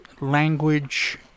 language